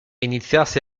iniziasse